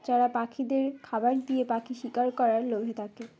যারা পাখিদের খাবার দিয়ে পাখি শিকার করার লোভে থাকে